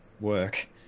work